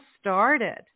started